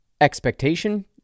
expectation